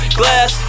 glass